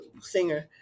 singer